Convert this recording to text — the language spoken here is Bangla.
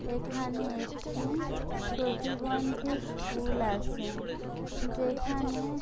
এখানে একটি প্রতিবন্ধী স্কুল আছে যেখানে